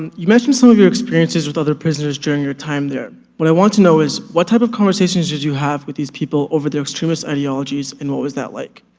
and you mentioned some of your experiences with other prisoners during your time there. what i want to know is, what type of conversations did you have with these people over the extremists' ideologies? and what was that like?